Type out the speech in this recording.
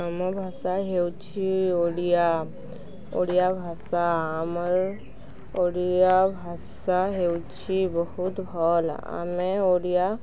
ଆମ ଭାଷା ହେଉଛି ଓଡ଼ିଆ ଓଡ଼ିଆ ଭାଷା ଆମର୍ ଓଡ଼ିଆ ଭାଷା ହେଉଛି ବହୁତ ଭଲ୍ ଆମେ ଓଡ଼ିଆ